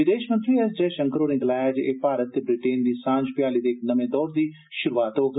विदेष मंत्री एस जयशंकर होरें गलाया ऐ जे एह् भारत ते ब्रिटेन दी सांझ भ्याली दे इक नमें दौर दी शुरुआत होग